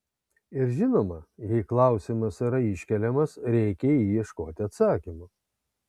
ir žinoma jei klausimas yra iškeliamas reikia į jį ieškoti atsakymo